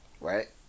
right